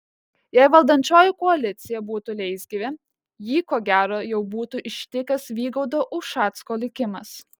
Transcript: jei valdančioji koalicija būtų leisgyvė jį ko gero jau būtų ištikęs vygaudo ušacko likimas